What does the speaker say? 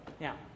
Now